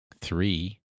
three